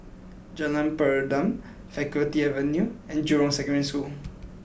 Jalan Peradun Faculty Avenue and Jurong Secondary School